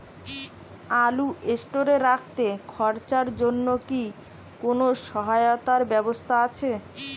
আলু স্টোরে রাখতে খরচার জন্যকি কোন সহায়তার ব্যবস্থা আছে?